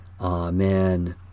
Amen